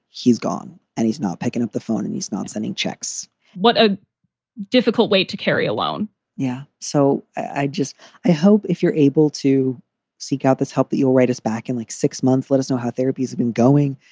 he's gone and he's not picking up the phone and he's not sending checks what a difficult weight to carry alone yeah. so i just i hope if you're able to seek out this help that you'll write us back in like six months. let us know how therapies have been going.